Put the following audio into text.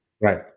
right